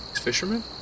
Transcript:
Fisherman